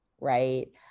right